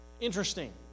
Interesting